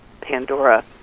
pandora